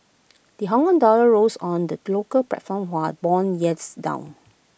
the Hongkong dollar rose on the local platform while Bond yields fell